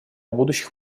будущих